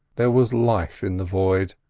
there was life in the void,